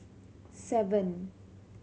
seven